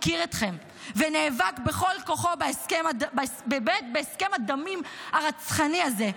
הכיר אתכם ונאבק בכל כוחו בהסכם הדמים הרצחני הזה.